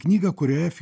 knygą kurioje